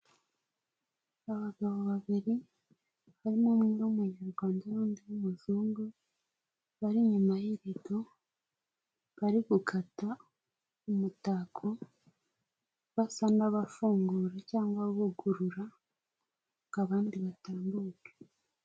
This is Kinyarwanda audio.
Abagabo babiri hari umwe w'umunyarwanda n'undi b'umuzungu, bari inyuma y'ibido, bari gukata umutako, basa n'abafungura cyangwa bugurura ngo abandi batambuke.